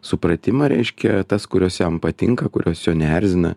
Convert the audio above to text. supratimą reiškia tas kurios jam patinka kurios jo neerzina